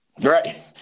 Right